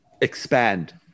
expand